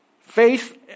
Faith